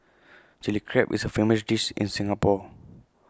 Chilli Crab is A famous dish in Singapore